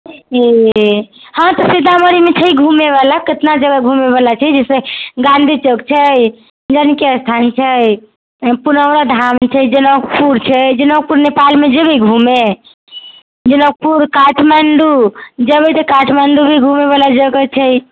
ये हॅं तऽ सीतामढ़ीमे छै घुमै बला केतना जगह घुमै बला छै जाहिमे गाँधी चौक छै जानकी स्थान छै पुनौरा धाम छै जनकपुर छै जनकपुर नेपाल मे जेबै घुमे जनकपुर काठमाण्डू जेबै तऽ काठमाण्डू भी घुमै बला जगह छै